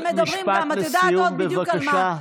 מדברים עלייך ומדברים גם, את יודעת בדיוק על מה.